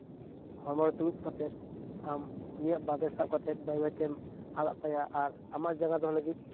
ᱦᱚᱲᱢᱚ ᱨᱮ ᱫᱩᱲᱩᱵ ᱠᱟᱛᱮᱫ ᱟᱢ ᱩᱱᱤᱭᱟᱜ ᱵᱟᱵᱮᱨ ᱥᱟᱵ ᱠᱟᱛᱮᱫ ᱵᱟᱹᱭ ᱵᱟᱹᱭᱛᱮᱢ ᱟᱲᱟᱜ ᱠᱟᱭᱟ ᱟᱨ ᱟᱢᱟᱜ ᱡᱟᱸᱜᱟ ᱫᱚᱦᱚ ᱞᱟᱹᱜᱤᱫ